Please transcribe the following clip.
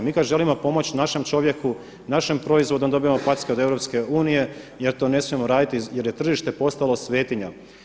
Mi kada želimo pomoći našem čovjeku, našem proizvodu onda dobijemo packe od EU jer to ne smijemo raditi jer je tržište postalo svetinja.